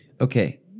Okay